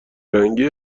رنگی